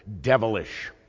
devilish